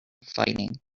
fighting